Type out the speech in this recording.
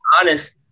honest